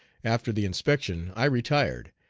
after the inspection i retired,